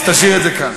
אז תשאיר את זה כך.